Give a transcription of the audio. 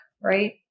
right